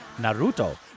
Naruto